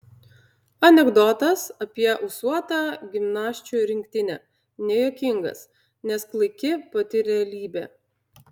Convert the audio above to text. anekdotas apie ūsuotą gimnasčių rinktinę nejuokingas nes klaiki pati realybė